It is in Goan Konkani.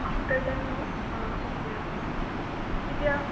आफ्टर टॅनू आ ओके ओके कित्याक